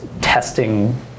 testing